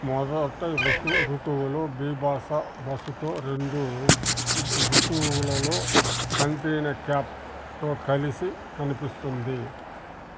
మొదట రుసు ఋతువులో బీబాసా బసుతో రెండూ బు ఋతువులలో కంట్రీనా క్యాప్తో కలిసి కనిపిస్తుంది